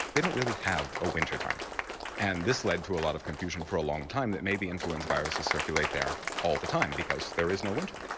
they don't really have a winter time and this led to a lot of confusion for a long time that maybe influenza viruses circulate there all the time because there is no winter.